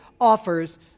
offers